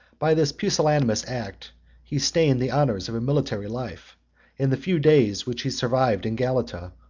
by this pusillanimous act he stained the honors of a military life and the few days which he survived in galata,